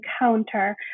encounter